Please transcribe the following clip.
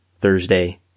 Thursday